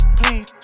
please